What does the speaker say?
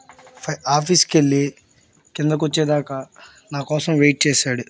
ఫై ఆఫీస్కెళ్ళి కిందకొచ్చే దాకా నా కోసం వెయిట్ చేశాడు